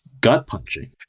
gut-punching